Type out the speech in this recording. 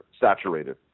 saturated